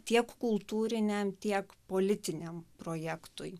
tiek kultūriniam tiek politiniam projektui